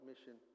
mission